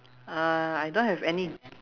uh I don't have any